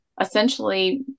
essentially